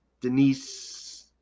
Denise